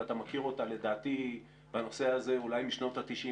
ואתה מכיר אותה לדעתי בנושא הזה אולי משנות ה-90,